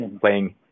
playing